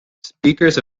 speakers